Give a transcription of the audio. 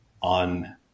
on